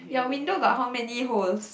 your window got how many holes